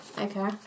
Okay